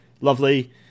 lovely